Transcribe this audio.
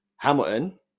Hamilton